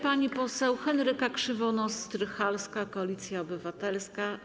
Pani poseł Henryka Krzywonos-Strycharska, Koalicja Obywatelska.